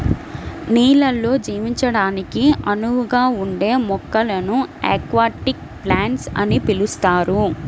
నీళ్ళల్లో జీవించడానికి అనువుగా ఉండే మొక్కలను అక్వాటిక్ ప్లాంట్స్ అని పిలుస్తారు